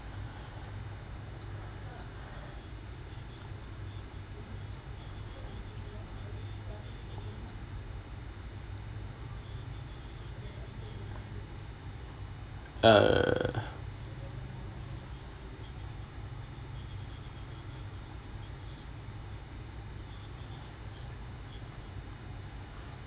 err